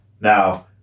Now